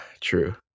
true